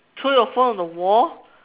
throw your phone on the wall